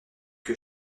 que